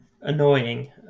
annoying